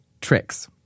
tricks